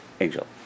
angel